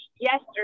yesterday